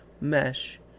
mesh